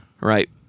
right